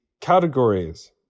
categories